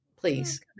Please